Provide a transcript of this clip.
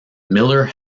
miller